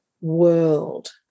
world